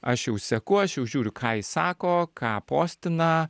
aš jau seku aš jau žiūriu ką jis sako ką postina